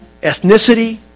ethnicity